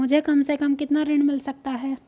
मुझे कम से कम कितना ऋण मिल सकता है?